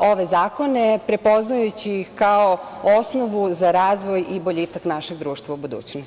ove zakone, prepoznajući ih kao osnovu za razvoj i boljitak našeg društva u budućnosti.